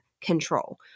control